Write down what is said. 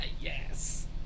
Yes